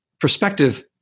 perspective